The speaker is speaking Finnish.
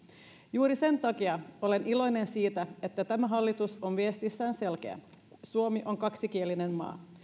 juuri sen takia olen iloinen siitä että tämä hallitus on viestissään selkeä suomi on kaksikielinen maa